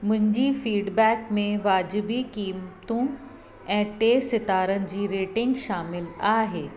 मुंहिंजी फीडबैक में वाजिबी कीमतूं ऐं टे सितारनि जी रेटिंग शामिल आहे